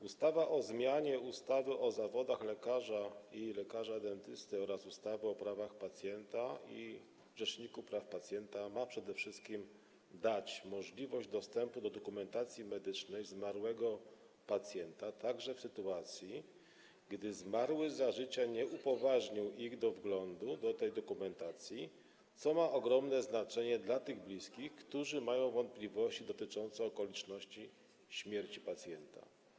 Ustawa o zmianie ustawy o zawodach lekarza i lekarza dentysty oraz ustawy o prawach pacjenta i Rzeczniku Praw Pacjenta ma przede wszystkim dać osobom bliskim możliwość dostępu do dokumentacji medycznej zmarłego pacjenta, także w sytuacji gdy zmarły za życia nie upoważnił ich do wglądu do tej dokumentacji, co ma ogromne znaczenie dla tych bliskich, którzy mają wątpliwości dotyczące okoliczności śmierci pacjenta.